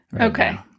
Okay